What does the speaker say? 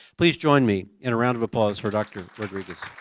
please join me in a round of applause for dr. rodriguez.